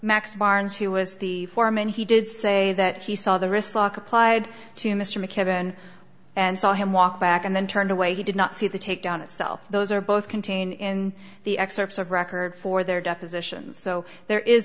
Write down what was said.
max barnes who was the foreman he did say that he saw the wristlock applied to mr mckibben and saw him walk back and then turned away he did not see the takedown itself those are both contained in the excerpts of record for their depositions so there is